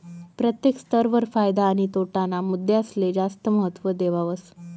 प्रत्येक स्तर वर फायदा आणि तोटा ना मुद्दासले जास्त महत्व देवावस